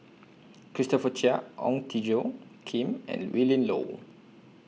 Christopher Chia Ong Tjoe Kim and Willin Low